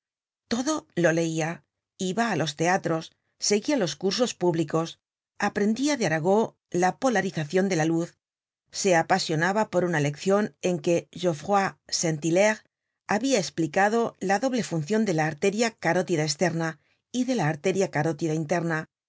todo lo leia iba á los teatros seguia los cursos públicos aprendia de arago la polarizacion de la luz se apasionaba por una leccion en que gcoffroy sainl hilaire habia esplicado la doble funcion de la arteria carótida esterna y de la arteria carótida interna